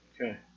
Okay